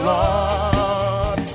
Lord